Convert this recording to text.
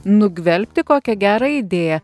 nugvelbti kokią gerą idėją